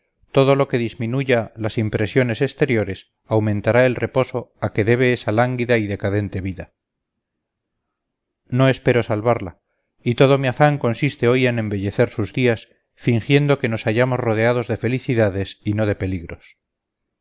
todo lo que disminuya las impresiones exteriores aumentará el reposo a que debe esa lánguida y decadente vida no espero salvarla y todo mi afán consiste hoy en embellecer sus días fingiendo que nos hallamos rodeados de felicidades y no de peligros